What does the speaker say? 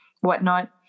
whatnot